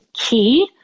key